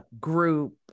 group